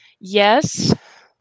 Yes